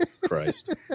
Christ